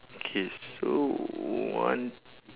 okay so one